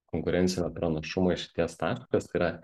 konkurencinio pranašumo išeities taškas tai yra